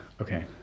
Okay